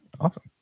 awesome